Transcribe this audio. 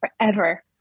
forever